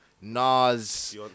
Nas